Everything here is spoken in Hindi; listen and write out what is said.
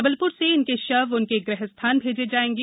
जबलप्र से इनके शव उनके ग़ह स्थान भैजे जायेंगे